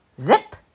Zip